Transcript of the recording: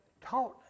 taught